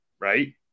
right